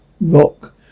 rock